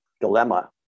dilemma